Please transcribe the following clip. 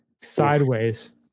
sideways